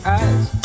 eyes